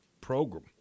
program